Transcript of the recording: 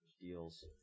deals